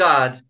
God